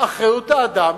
שלא במעבר